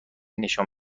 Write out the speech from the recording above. نشان